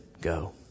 go